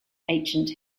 ancient